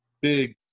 big